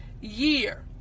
year